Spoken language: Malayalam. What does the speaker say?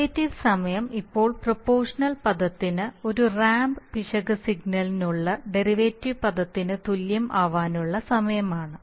ഡെറിവേറ്റീവ് സമയം ഇപ്പോൾ പ്രൊപോഷണൽ പദത്തിന് ഒരു റാമ്പ് പിശക് സിഗ്നലിനുള്ള ഡെറിവേറ്റീവ് പദത്തിന് തുല്യം ആവാനുള്ള സമയമാണ്